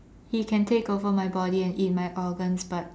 he can take over my body and eat my organs but